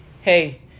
Hey